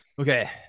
okay